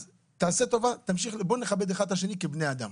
אז תעשה טובה ובוא נכבד אחד את השני כבני אדם.